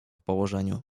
położeniu